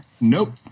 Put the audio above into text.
Nope